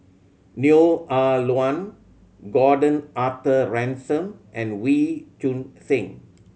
Neo Ah Luan Gordon Arthur Ransome and Wee Choon Seng